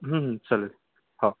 चालेल हो